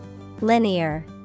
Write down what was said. Linear